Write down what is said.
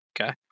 Okay